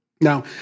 Now